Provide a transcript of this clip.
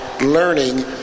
learning